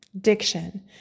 diction